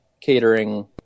catering